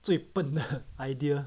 最笨的 idea